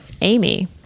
Amy